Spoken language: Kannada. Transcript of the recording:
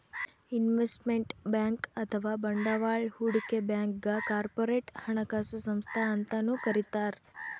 ಇನ್ವೆಸ್ಟ್ಮೆಂಟ್ ಬ್ಯಾಂಕ್ ಅಥವಾ ಬಂಡವಾಳ್ ಹೂಡಿಕೆ ಬ್ಯಾಂಕ್ಗ್ ಕಾರ್ಪೊರೇಟ್ ಹಣಕಾಸು ಸಂಸ್ಥಾ ಅಂತನೂ ಕರಿತಾರ್